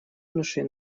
юношей